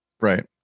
Right